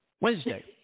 Wednesday